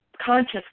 conscious